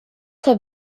have